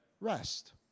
Rest